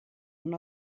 una